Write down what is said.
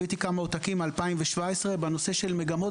הבאתי כמה עותקים מ-2017 בנושא של מגמות